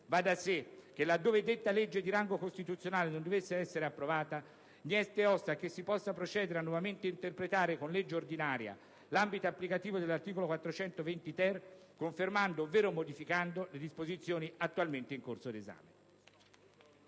Va da sé che, laddove detta legge di rango costituzionale non dovesse essere approvata, niente osta a che si possa procedere a nuovamente interpretare con legge ordinaria l'ambito applicativo dell'articolo 420-*ter*, confermando, ovvero modificando, le disposizioni attualmente in corso d'esame.